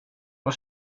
var